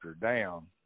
down